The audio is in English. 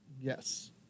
Yes